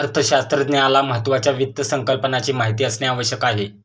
अर्थशास्त्रज्ञाला महत्त्वाच्या वित्त संकल्पनाची माहिती असणे आवश्यक आहे